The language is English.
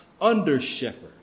under-shepherd